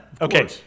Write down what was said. Okay